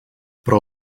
però